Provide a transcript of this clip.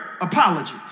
apologies